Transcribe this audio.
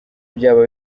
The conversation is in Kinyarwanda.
byaba